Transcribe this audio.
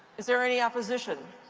is there any opposition?